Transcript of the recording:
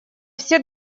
все